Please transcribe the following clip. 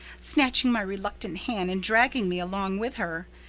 snatching my reluctant hand and dragging me along with her.